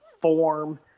form